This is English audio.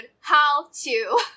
how-to